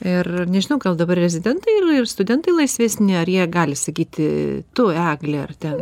ir nežinau gal dabar rezidentai ir ir studentai laisvesni ar jie gali sakyti tu egle ar ten